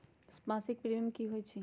मासिक प्रीमियम की होई छई?